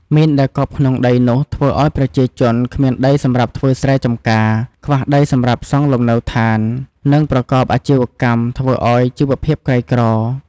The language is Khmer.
មីនដែលកប់ក្នុងដីនោះ ធ្វើឲ្យប្រជាជន គ្មានដីសម្រាប់ធ្វើស្រែចំការ ខ្វះដីសម្រាប់សង់លំនៅឋាន និង ប្រកបអាជីវកម្ម ធ្វើឱ្យជីវភាពក្រីក្រ។